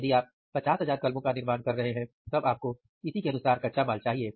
यदि आप 50 हजार कलमों का निर्माण कर रहे हैं तब आपको इसी के अनुसार कच्चा माल चाहिए